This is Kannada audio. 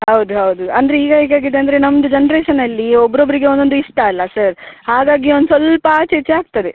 ಹೌದು ಹೌದು ಅಂದರೆ ಈಗ ಹೇಗಾಗಿದೆ ಅಂದರೆ ನಮ್ದು ಜನ್ರೇಷನ್ನಲ್ಲಿ ಒಬ್ಬೊಬ್ರಿಗೆ ಒಂದೊಂದು ಇಷ್ಟ ಅಲ್ಲ ಸರ್ ಹಾಗಾಗಿ ಒಂದು ಸ್ವಲ್ಪ ಆಚೆ ಈಚೆ ಆಗ್ತದೆ